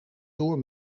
door